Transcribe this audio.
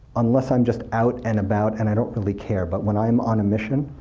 unless i'm just out and about, and i don't really care, but when i'm on a mission,